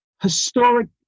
historic